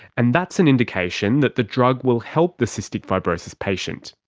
and that's an indication that the drug will help the cystic fibrosis patient,